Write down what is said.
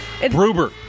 Bruber